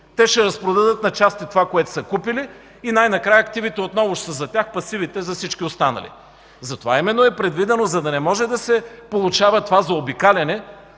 Те ще разпродадат на части това, което са купили, и накрая активите пак ще са за тях, а пасивите – за всички останали. Затова именно е предвидено, за да не може да се получи това заобикаляне,